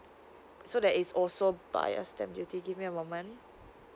so that is also by a stamp duty give me a moment